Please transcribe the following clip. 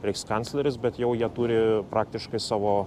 reichkancleris bet jau jie turi praktiškai savo